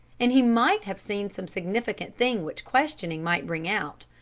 and he might have seen some significant thing which questioning might bring out.